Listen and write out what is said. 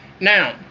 now